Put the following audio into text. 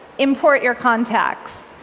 import your contacts.